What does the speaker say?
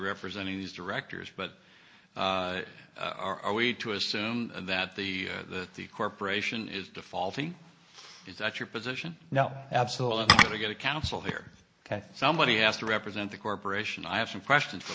representing these directors but are we to assume that the that the corporation is defaulting is that your position now absolutely i'm going to get a counsel here ok somebody has to represent the corporation i have some question for